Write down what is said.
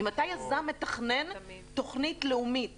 ממתי יזם מתכנן תוכנית לאומית